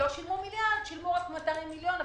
אז לא שילמו מיליארד אלא רק 200 מיליון,